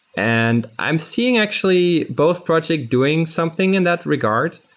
and i'm seeing actually both project doing something in that regard.